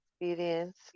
experience